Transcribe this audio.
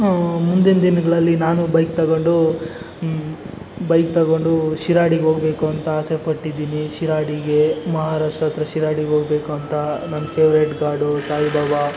ಮುಂದಿನ ದಿನಗಳಲ್ಲಿ ನಾನೂ ಬೈಕ್ ತಗೊಂಡು ಬೈಕ್ ತಗೊಂಡು ಶಿರಡಿಗೋಗಬೇಕು ಅಂತ ಆಸೆ ಪಟ್ಟಿದ್ದೀನಿ ಶಿರಡಿಗೆ ಮಹಾರಾಷ್ಟ್ರ ಹತ್ತಿರ ಶಿರಾಡಿಗೆ ಹೋಗಬೇಕು ಅಂತ ನನ್ನ ಫೇವರಿಟ್ ಗಾಡು ಸಾಯಿಬಾಬಾ